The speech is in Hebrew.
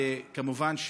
וכמובן,